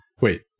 Wait